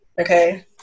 Okay